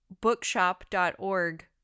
bookshop.org